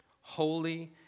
Holy